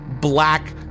black